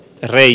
eri